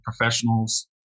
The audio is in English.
professionals